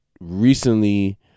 recently